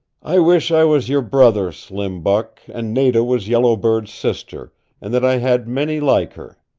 i wish i was your brother, slim buck, and nada was yellow bird's sister and that i had many like her,